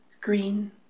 Green